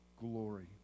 glory